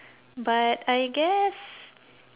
but I guess